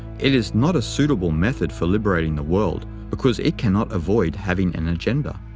it is not a suitable method for liberating the world, because it cannot avoid having an agenda.